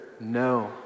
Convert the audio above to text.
no